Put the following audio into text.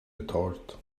betalt